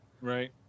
Right